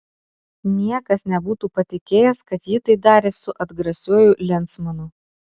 niekas nebūtų patikėjęs kad ji tai darė su atgrasiuoju lensmanu